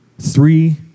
three